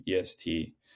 EST